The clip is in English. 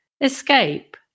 escape